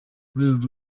rwego